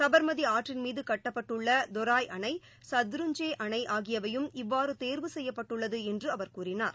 சப்மதிஆற்றின் மீதுகட்டப்பட்டுள்ளதராய் அணை சத்ருஞ்ஜே அணைஆகியவையும் இவ்வாறுதேர்வு செய்யப்பட்டுள்ளதுஎன்றுஅவர் கூறினார்